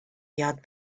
یاد